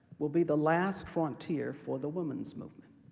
will be the last frontier for the women's movement.